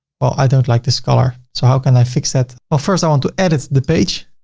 well i don't like this color, so how can i fix that? but first i want to edit the page.